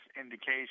indication